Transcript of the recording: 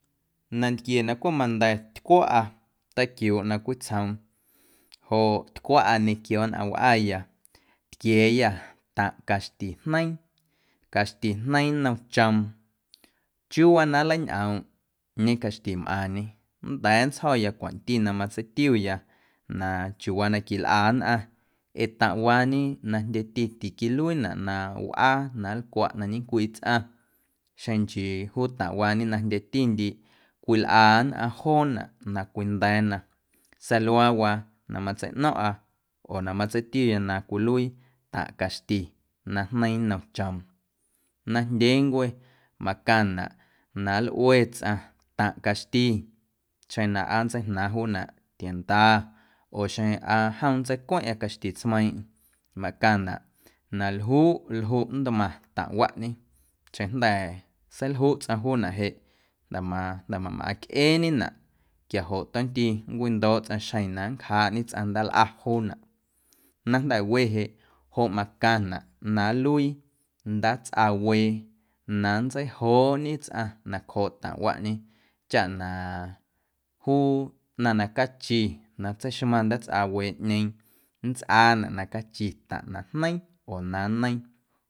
Nantquie na cweꞌ manda̱ tycwaꞌa teiquiuuꞌ na cwitsjoom joꞌ tycwaꞌa ñequio nnꞌaⁿwꞌaya tquia̱a̱ taⁿꞌ caxti jneiiⁿ, caxti jneiiⁿ nnom choom, chiuuwaa na nleiñꞌoomꞌñe caxtimꞌaaⁿñe nnda̱a̱ nntsjo̱ya cwanti na matseitiuya na chiuuwaa na quilꞌa nnꞌaⁿ ee taⁿꞌwaañe na jndyeti tiquiluiinaꞌ na wꞌaa na nlcwaꞌ na ñecwii tsꞌaⁿ xeⁿ nchii juu taⁿꞌwaañe na jndyetindiiꞌ cwilꞌa nnꞌaⁿ joonaꞌ na cwinda̱a̱na sa̱a̱ luaawaa na matseiꞌno̱ⁿꞌa oo na matseitiuya na cwiluii taⁿꞌ caxti na jneiiⁿ nnom choom. Najndyeencwe macaⁿnaꞌ na nlꞌue tsꞌaⁿ taⁿꞌ caxti xeⁿ na aa nntseijnaaⁿ juunaꞌ tienda oo xeⁿ aa jom nntseicueⁿꞌeⁿ caxti tsmeiiⁿꞌeⁿ macaⁿnaꞌ na ljuꞌ ljuꞌ ntmaⁿ taⁿꞌwaꞌñe xeⁿjnda̱ seiljuꞌ tsꞌaⁿ juunaꞌ jeꞌ jnda̱ ma jnda̱ mamꞌacꞌeeñenaꞌ quaijoꞌ tomnti nncwindo̱o̱ꞌ tsꞌaⁿ xjeⁿ na nncjaaꞌñe tsꞌaⁿ ndaalꞌa joonaꞌ, na jnda̱we jeꞌ joꞌ macaⁿnaꞌ na nluii ndaatsꞌawee na nntseijooꞌñe tsꞌaⁿ nacjooꞌ taⁿꞌwaꞌñe chaꞌ na juu ꞌnaⁿ na cachi na tseixmaⁿ ndaatsꞌaweeꞌñeeⁿ nntsꞌaanaꞌ na cachi taⁿꞌ na jneiiⁿ oo na nneiiⁿ.